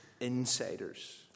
Insiders